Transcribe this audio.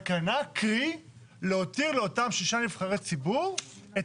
קרי להותיר לאותם שישה נבחרי ציבור את